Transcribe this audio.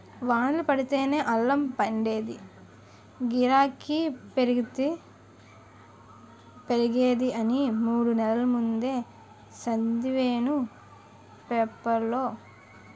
వానలు పడితేనే అల్లం పండేదీ, గిరాకీ పెరిగేది అని మూడు నెల్ల ముందే సదివేను పేపరులో